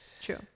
True